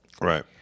Right